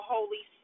Holy